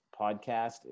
podcast